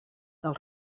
dels